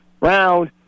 round